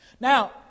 Now